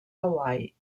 hawaii